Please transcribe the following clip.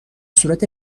صورت